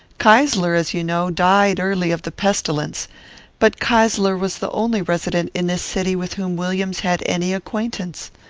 keysler, as you know, died early of the pestilence but keysler was the only resident in this city with whom williams had any acquaintance.